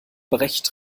brecht